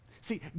See